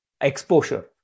exposure